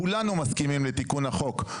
כולנו מסכימים לתיקון החוק,